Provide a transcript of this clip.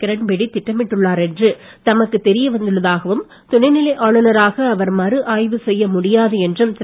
கிரண்பேடி திட்டமிட்டுள்ளார் என்று தமக்குத் தெரிய வந்துள்ளதாகவும் துணைநிலை ஆளுனராக அவர் மறுஆய்வு செய்ய முடியாது என்றும் திரு